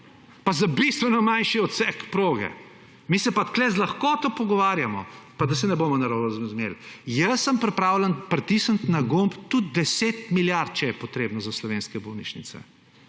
in za bistveno manjši odsek proge. Mi se pa tukaj z lahkoto pogovarjamo – da se ne bomo narobe razumeli – jaz sem pripravljen pritisniti na gumb tudi 10 milijard, če je potrebno, za slovenske bolnišnice,